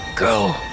Go